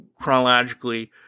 chronologically